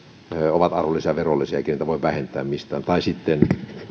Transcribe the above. ovat arvonlisäverollisia eikä niitä voi vähentää mistään tai sitten hän voi valita